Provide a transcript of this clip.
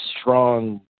strong